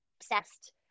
obsessed